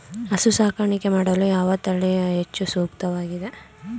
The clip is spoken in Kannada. ಹಸು ಸಾಕಾಣಿಕೆ ಮಾಡಲು ಯಾವ ತಳಿ ಹೆಚ್ಚು ಸೂಕ್ತವಾಗಿವೆ?